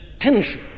tension